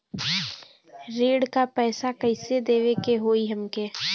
ऋण का पैसा कइसे देवे के होई हमके?